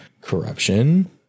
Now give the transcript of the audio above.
corruption